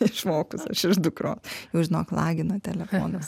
išmokus aš iš dukros jau žinok lagina telefonas